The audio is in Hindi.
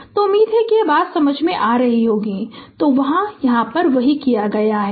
Refer Slide Time 0706 तो उम्मीद है कि ये बातें समझ में आ रही होंगी तो यहाँ वही किया गया है